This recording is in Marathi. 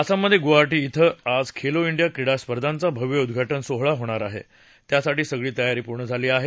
आसाममध्ये गुवाहाटी इथं आज खेलो इंडिया क्रीडा स्पर्धांचा भव्य उद्घाटन सोहळा होणार आहे त्यासाठी सगळी तयारी पूर्ण झाली आहे